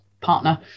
partner